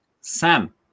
Sam